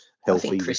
healthy